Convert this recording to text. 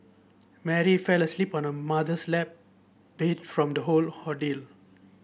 Mary fell asleep on her mother's lap beat from the whole ordeal